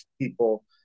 people